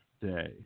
day